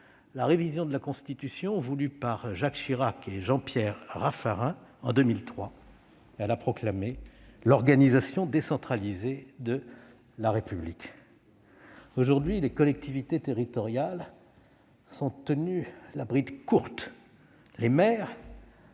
la révision de la Constitution voulue par Jacques Chirac et Jean-Pierre Raffarin, qui proclamait, en 2003, l'« organisation [...] décentralisée » de la République. Aujourd'hui, les collectivités territoriales sont tenues la bride courte, les maires